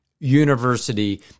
University